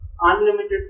Unlimited